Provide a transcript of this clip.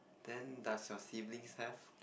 then does your siblings have